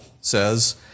says